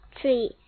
tree